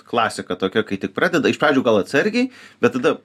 klasika tokia kai tik pradeda iš pradžių gal atsargiai bet tada